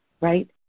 right